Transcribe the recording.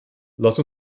lass